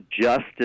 justice